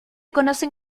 conocen